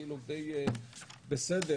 peanuts,